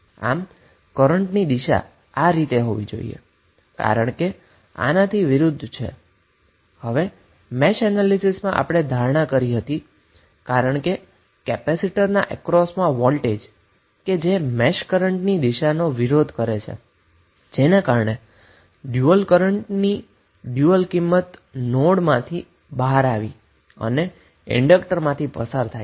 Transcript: તો આ રીતે કરન્ટની દિશા આ હોવી જોઈએ કારણ કે તે આનાથી વિરુધ્ધ છે જે મેશ એનાલીસીસમાં આપણે ધારાણા કરી હતી કારણ કે કેપેસિટર ના અક્રોસમાં વોલ્ટેજ એ મેશ કરન્ટનો પ્રવાહનો વિરોધ કરે છે તેથી જ ડયુઅલ કરન્ટની ડયુઅલ વેલ્યુ એ તે ડયુઅલ કરન્ટની દિશામા છે જે નોડમાંથી બહાર આવીને ઈન્ડક્ટરમાંથી પસાર થાય છે